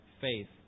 faith